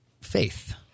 faith